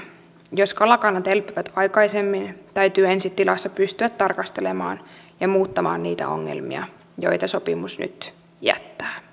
jos kalakannat elpyvät aikaisemmin täytyy ensi tilassa pystyä tarkastelemaan ja muuttamaan niitä ongelmia joita sopimus nyt jättää